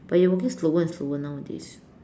but you're walking slower and slower nowadays